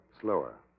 slower